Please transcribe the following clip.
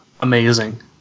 amazing